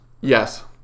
Yes